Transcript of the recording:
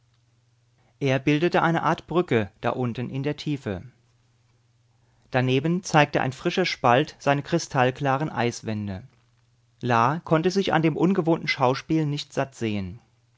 er bildete eine art brücke da unten in der tiefe daneben zeigte ein frischer spalt seine kristallklaren eiswände la konnte sich an dem ungewohnten schauspiel nicht sattsehen schwindel